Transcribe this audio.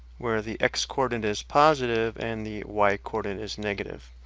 where the x coordinate is positive and the y coordinate is negative.